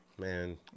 Man